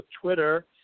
Twitter